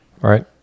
Right